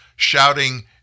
shouting